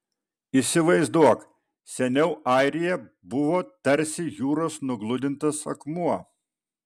įsivaizduok seniau airija buvo tarsi jūros nugludintas akmuo